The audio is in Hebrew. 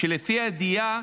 ולפי הידיעה